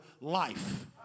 life